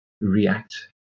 react